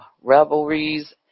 revelries